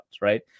right